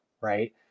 right